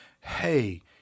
hey